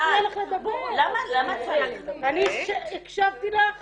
אני --- אני הקשבתי לך